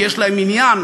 כי יש להם עניין.